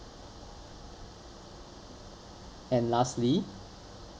and lastly